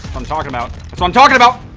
i'm talking about so i'm talking about